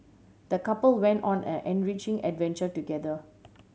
the couple went on an enriching adventure together